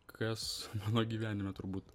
kas mano gyvenime turbūt